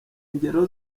ngero